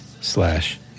slash